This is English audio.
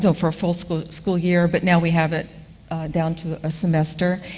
so for a full school school year, but now we have it down to a semester.